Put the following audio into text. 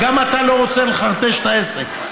ואתה גם לא רוצה לחרטש את העסק.